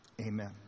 Amen